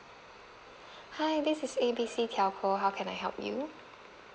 hi this is A B C telco how can I help you